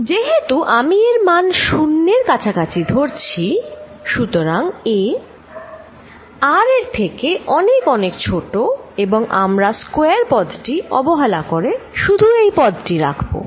যেহেতু আমি এর মান শূন্যের কাছাকাছি ধরছি সুতরাং a r এর থেকে অনেক অনেক ছোট এবং আমরা স্কয়ার পদটি অবহেলা করে শুধু এই পদ টি রাখবো